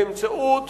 באמצעות